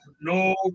no